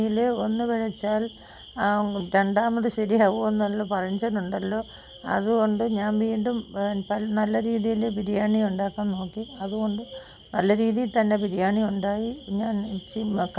ഇംഗ്ലീഷാണ് സംസാരിക്കുന്നത് മലയാളം തീരെ കുറഞ്ഞുൽ കുറഞ്ഞു വരികയാണ് നമ്മൾ നമ്മളെക്കൊണ്ട് ഒക്കുന്ന മലയാളം പറയാൻ പറഞ്ഞാലും ഇംഗ്ലീഷ് ഉള്ളിൽക്കേറി വരുവാണ് ഇപ്പം മലയാളം കുറഞ്ഞു കുറഞ്ഞു വരികയാണ്